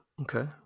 okay